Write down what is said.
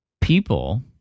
People